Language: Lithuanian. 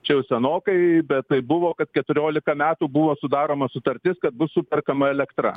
čia jau senokai bet tai buvo kad keturiolika metų buvo sudaroma sutartis kad bus superkama elektra